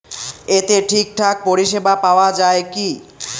এতে ঠিকঠাক পরিষেবা পাওয়া য়ায় কি?